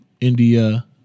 India